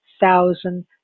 thousand